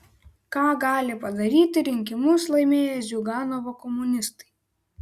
ką gali padaryti rinkimus laimėję ziuganovo komunistai